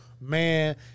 man